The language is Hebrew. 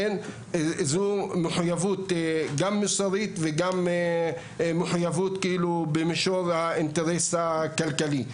זו מחויבות גם מוסרית וגם מחויבות במישור האינטרס הכלכלי.